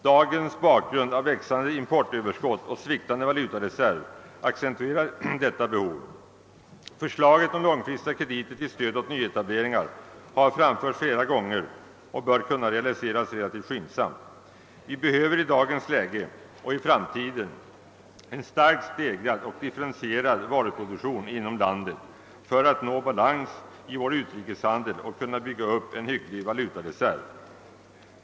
Dagens bakgrund och växande importöverskott samt sviktande valutareserv accentuerar detta behov. Förslaget om långfristiga krediter till stöd åt nyetableringar har framförts flera gånger och bör kunna realiseras relativt skyndsamt. Vi behöver i dagens läge och i framtiden en starkt stegrad och differentierad varuproduktion inom landet för att nå balans i vår utrikeshandel och kunna bygga upp en hygglig valutareserv.